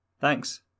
Thanks